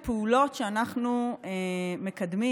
הפעולות שאנחנו מקדמים,